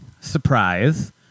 surprise